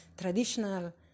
traditional